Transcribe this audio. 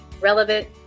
relevant